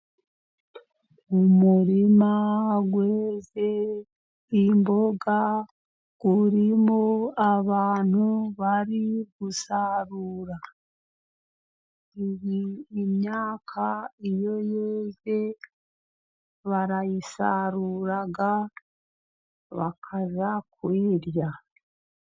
Umurima weze imboga, urimo abantu bari gusarura. Imyaka iyo yeze, barayisarura bakajya kuyirya.